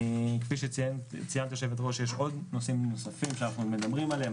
כפי שציינת היושבת ראש יש עוד נושאים נוספים שאנחנו מדברים עליהם.